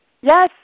Yes